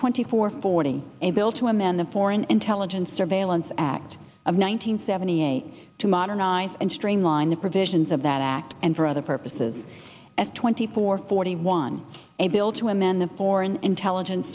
twenty four forty a bill to amend the foreign intelligence surveillance act of one nine hundred seventy eight to modernize and streamline the provisions of that act and for other purposes at twenty four forty one a bill to amend the foreign intelligence